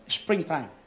springtime